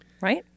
Right